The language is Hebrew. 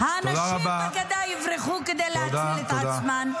האנשים בגדה יברחו כדי להציל את עצמם.